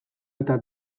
eta